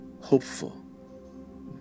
hopeful